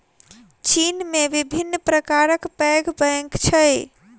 चीन में विभिन्न प्रकारक पैघ बैंक अछि